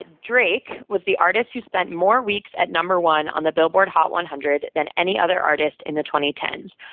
drake was the artist who spent more weeks at number one on the billboard hot one hundred than any other artist in the twenty ten s.